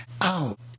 out